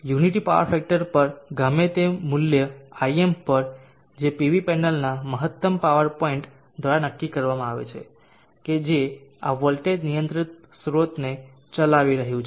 unity power factor પર ગમે તે મુલ્યIm પર જે પીવી પેનલના મહત્તમ પાવર પોઇન્ટ દ્વારા નક્કી કરવામાં આવે છે કે જે આ વોલ્ટેજ નિયંત્રિત સ્ત્રોતને ચલાવી રહ્યું છે